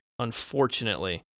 unfortunately